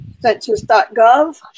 census.gov